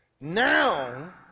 now